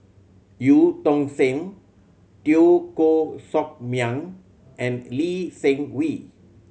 Eu Tong Sen Teo Koh Sock Miang and Lee Seng Wee